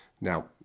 Now